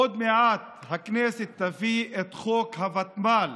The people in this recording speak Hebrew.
עוד מעט הכנסת תביא את חוק הוותמ"ל.